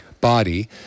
body